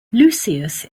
lucius